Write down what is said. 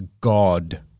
God